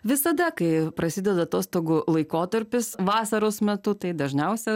visada kai prasideda atostogų laikotarpis vasaros metu tai dažniausia